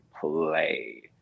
play